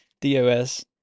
DOS